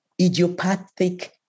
idiopathic